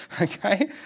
Okay